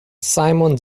simon